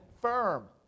firm